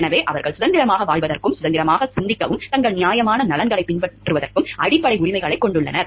எனவே அவர்கள் சுதந்திரமாக வாழ்வதற்கும் சுதந்திரமாகத் தங்கள் நியாயமான நலன்களைப் பின்பற்றுவதற்கும் அடிப்படை உரிமைகளைக் கொண்டுள்ளனர்